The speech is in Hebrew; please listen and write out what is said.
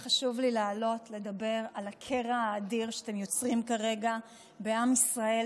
היה חשוב לי לעלות לדבר על הקרע האדיר שאתם יוצרים כרגע בעם ישראל,